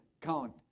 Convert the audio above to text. count